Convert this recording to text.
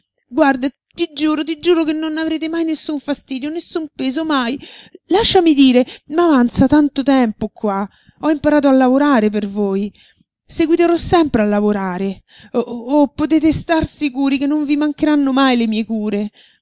guarda ti giuro ti giuro che non n'avrete mai nessun fastidio nessun peso mai lasciami dire m'avanza tanto tempo qua ho imparato a lavorare per voi seguiterò sempre a lavorare oh potete star sicuri che non vi mancheranno mai le mie cure